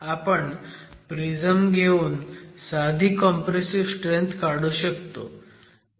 आपण प्रिझम घेऊन साधी कॉम्प्रेसिव्ह स्ट्रेंथ काढू शकतो